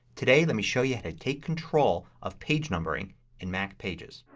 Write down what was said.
today let me show you how to take control of page numbering in mac pages.